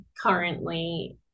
currently